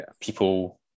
people